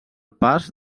pas